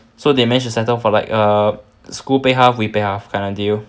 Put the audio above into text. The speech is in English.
so they managed to settle for err school pay half we pay off half kind of deal